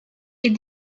est